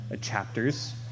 chapters